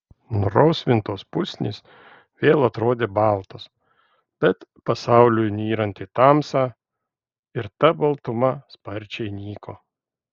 nurausvintos pusnys vėl atrodė baltos bet pasauliui nyrant į tamsą ir ta baltuma sparčiai nyko